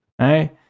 Right